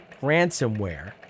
ransomware